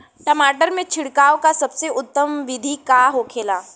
टमाटर में छिड़काव का सबसे उत्तम बिदी का होखेला?